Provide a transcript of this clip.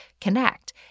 connect